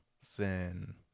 sin